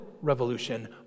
revolution